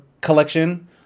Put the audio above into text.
collection